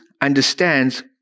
understands